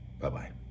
Bye-bye